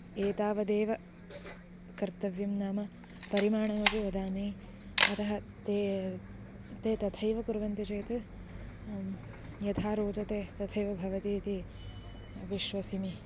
एतावदेव कर्तव्यं नाम परिमाणमपि वदामि अतः ते ते तथैव कुर्वन्ति चेत् यथा रोचते तथैव भवति इति विश्वसिमि